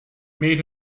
made